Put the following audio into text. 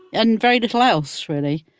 and very little else, really.